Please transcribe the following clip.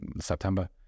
September